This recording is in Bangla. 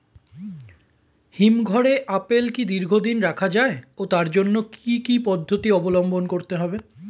হিমঘরে আপেল কি দীর্ঘদিন রাখা যায় ও তার জন্য কি কি পদ্ধতি অবলম্বন করতে হবে?